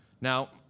Now